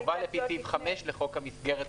זה חובה לפי סעיף 5 לחוק המסגרת.